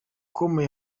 com